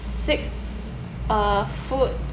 six uh food